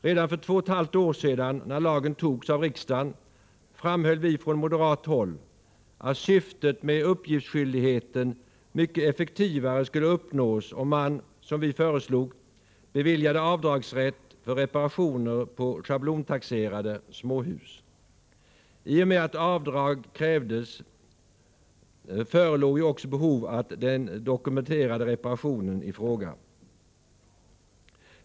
Redan för två och ett halvt år sedan, när lagen fattades av riksdagen, framhöll vi från moderat håll att syftet med uppgiftsskyldigheten mycket effektivare skulle uppnås om man, som vi föreslog, beviljade rätt till avdrag för reparationer på schablontaxerade småhus. I och med att avdrag krävdes förelåg ju också behov av att dokumentera reparationerna i fråga.